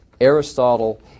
Aristotle